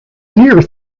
near